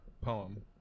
poem